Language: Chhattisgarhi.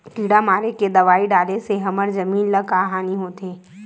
किड़ा मारे के दवाई डाले से हमर जमीन ल का हानि होथे?